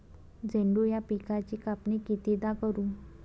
झेंडू या पिकाची कापनी कितीदा करू?